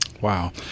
Wow